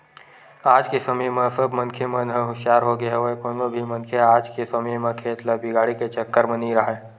आज के समे म सब मनखे मन ह हुसियार होगे हवय कोनो भी मनखे ह आज के समे म खेत ल बिगाड़े के चक्कर म नइ राहय